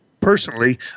personally